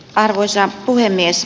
arvoisa puhemies